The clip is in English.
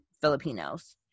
filipinos